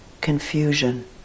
confusion